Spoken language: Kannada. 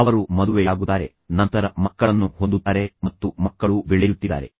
ತದನಂತರ ಅವರು ಮದುವೆಯಾಗುತ್ತಾರೆ ಅವರು ಸಮಯಕ್ಕೆ ಮಕ್ಕಳನ್ನು ಹೊಂದುತ್ತಾರೆ ಮತ್ತು ಮಕ್ಕಳು ಸಹ ಬೆಳೆಯುತ್ತಿದ್ದಾರೆ